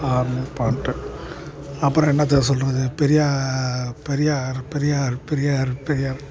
important அப்புறம் என்னத்தை சொல்வது பெரியார் பெரியார் பெரியார் பெரியார் பெரியார்